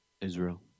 Israel